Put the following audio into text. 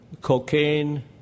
cocaine